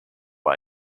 who